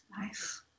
Nice